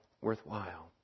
worthwhile